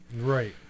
Right